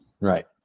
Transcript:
right